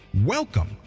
Welcome